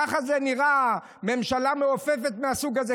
ככה זה נראה, ממשלה מעופפת מהסוג הזה.